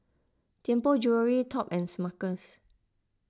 Tianpo Jewellery Top and Smuckers